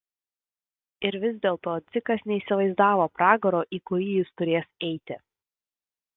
ir vis dėlto dzikas neįsivaizdavo pragaro į kurį jis turės eiti